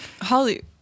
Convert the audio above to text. Holly